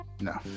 No